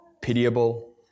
pitiable